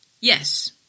Yes